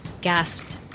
gasped